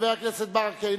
חבר הכנסת ברכה,